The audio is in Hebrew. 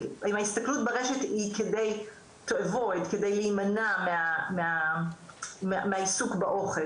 ההסתכלות ברשת היא כדי להימנע מהעיסוק באוכל,